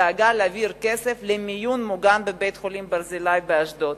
דאגה להעביר כסף למיון מוגן בבית-החולים "ברזילי" באשקלון.